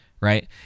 right